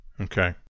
Okay